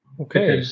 Okay